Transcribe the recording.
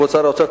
כבוד שר האוצר,